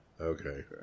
Okay